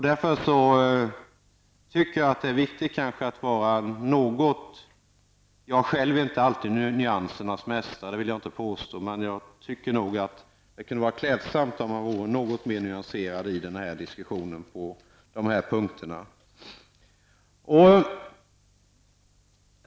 Därför tycker jag att det kunde vara klädsamt -- jag vill inte påstå att jag själv är nyansernas mästare -- om man vore litet mera nyanserad i diskussionen på dessa punkter.